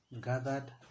gathered